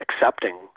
accepting